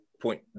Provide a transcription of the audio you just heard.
point